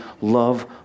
love